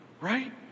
right